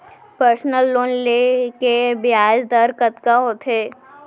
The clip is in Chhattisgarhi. पर्सनल लोन ले के ब्याज दर कतका होथे?